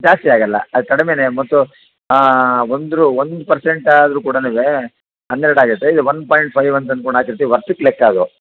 ಜಾಸ್ತಿಯಾಗೊಲ್ಲ ಕಡಿಮೆಯೇ ಮತ್ತು ಒಂದ್ರು ಒಂದು ಪರ್ಸೆಂಟ್ ಆದ್ರೂ ಕೂಡಲಿಲ್ಲ ಹನ್ನೆರಡು ಆಗಿದೆ ಇದು ಒಂದು ಪಾಯಿಂಟ್ ಫೈವ್ ಅಂತ ಅಂದ್ಕೊಂಡು ಹಾಕಿರ್ತೀವಿ ವರ್ಷಕ್ಕೆ ಲೆಕ್ಕ ಅದು